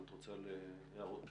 אם את רוצה הערות פתיחה.